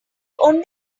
only